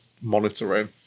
monitoring